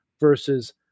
versus